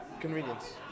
Convenience